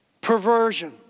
perversion